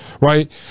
right